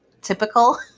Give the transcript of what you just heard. Typical